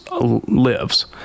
lives